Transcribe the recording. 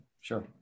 sure